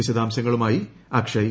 വിശദാംശങ്ങളുമായി അക്ഷയ്